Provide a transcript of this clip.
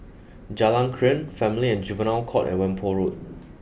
Jalan Krian Family and Juvenile Court and Whampoa Road